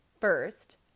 first